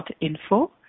info